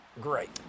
great